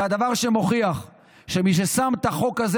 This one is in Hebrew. זה דבר שמוכיח שמי ששם את החוק הזה